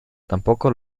tampoco